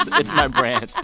ah it's my brand.